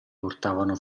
portavano